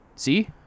See